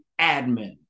admin